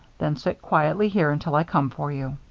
then sit quietly here until i come for you.